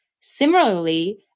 Similarly